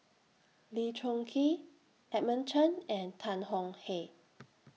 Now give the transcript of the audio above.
Lee Choon Kee Edmund Chen and Tan Tong Hye